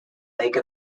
lake